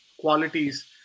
qualities